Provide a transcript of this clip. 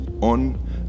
on